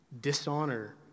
dishonor